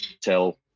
tell